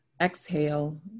exhale